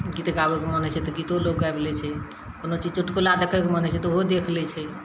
गीत गाबैके मोन होइ छै तऽ गीतो गाबि लै छै कोनो चीज चुटकुला देखैके मोन होइ छै तऽ ओहो देखि लै छै